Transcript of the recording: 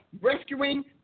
rescuing